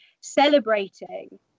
celebrating